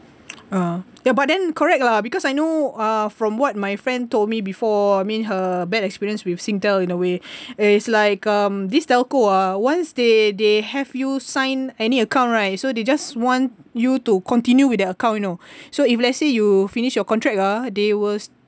ah ya but then correct lah because I know uh from what my friend told me before I mean her bad experience with Singtel in a way it's like um this telco ah once they they have you sign any account right so they just want you to continue with the account you know so if let's say you finished your contract ah they will